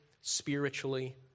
spiritually